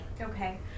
Okay